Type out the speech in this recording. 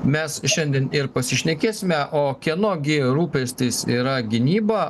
mes šiandien ir pasišnekėsime o kieno gi rūpestis yra gynyba